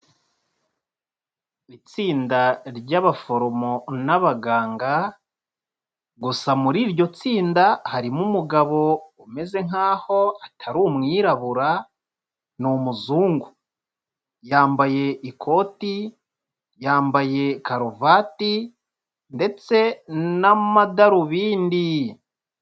Itsinda ry'abaforomo n'abaganga, gusa muri iryo tsinda harimo umugabo umeze nkaho atari umwirabura, ni umuzungu yambaye ikoti, yambaye karuvati ndetse n'amadarubindi.